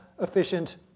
efficient